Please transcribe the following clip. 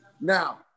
Now